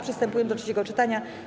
Przystępujemy do trzeciego czytania.